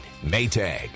Maytag